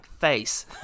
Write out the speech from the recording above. face